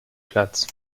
platz